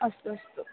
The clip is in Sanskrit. अस्तु अस्तु